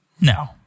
No